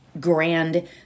grand